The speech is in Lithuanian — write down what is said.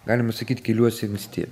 galima sakyt keliuosi anksti